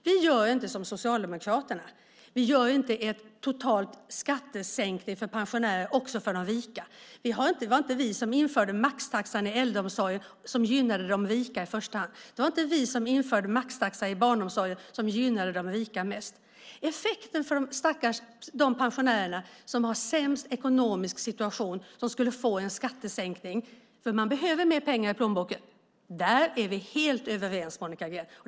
Vi gör inte som Socialdemokraterna. Vi gör inte en total skattesänkning för pensionärer, också för de rika. Det var inte vi som införde maxtaxan i äldreomsorgen, som gynnade de rika i första hand. Det var inte vi som införde maxtaxa i barnomsorgen, som gynnade de rika mest. När det gäller effekten för de pensionärer som har sämst ekonomisk situation, som skulle få en skattesänkning, för de behöver mer pengar i plånboken, är vi helt överens, Monica Green.